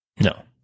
No